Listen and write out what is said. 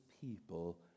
people